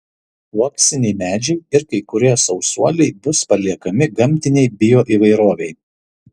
uoksiniai medžiai ir kai kurie sausuoliai bus paliekami gamtinei bioįvairovei